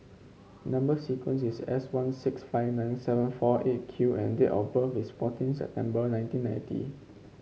number sequence is S one six five nine seven four Eight Q and date of birth is fourteen September nineteen ninety